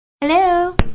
Hello